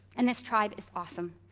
and this tribe is awesome.